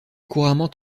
couramment